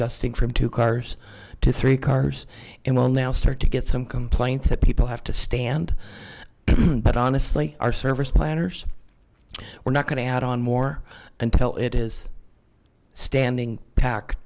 justing from two cars to three cars and we'll now start to get some complaints that people have to stand but honestly our service planners we're not going to add on more until it is standing pack